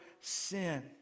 sin